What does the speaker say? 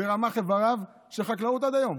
של חקלאות בכל רמ"ח איבריו עד היום.